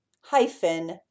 hyphen